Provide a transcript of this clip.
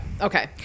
Okay